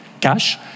cash